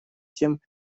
тем